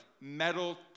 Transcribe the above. metal